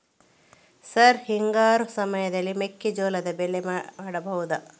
Sir ಹಿಂಗಾರು ಸಮಯದಲ್ಲಿ ಮೆಕ್ಕೆಜೋಳದ ಬೆಳೆ ಮಾಡಬಹುದಾ?